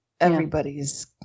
everybody's